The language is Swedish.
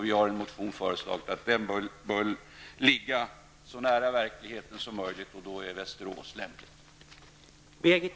Vi har i en motion föreslagit att myndigheten skall ligga så nära verkligheten som möjligt, och då är Västerås lämpligt.